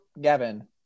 Gavin